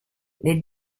les